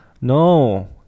No